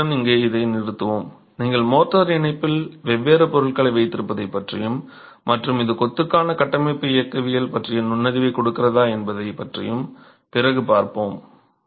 எனவே நாம் இத்துடன் இதை இங்கே நிறுத்துவோம் நீங்கள் மோர்டார் இணைப்பில் வெவ்வேறு பொருட்களை வைத்திருப்பதை பற்றியும் மற்றும் இது கொத்துக்கான கட்டமைப்பு இயக்கவியல் பற்றிய நுண்ணறிவைக் கொடுக்கிறதா என்பதைப் பற்றியும் பிறகு பார்ப்போம்